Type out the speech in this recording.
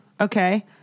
Okay